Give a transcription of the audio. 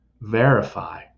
verify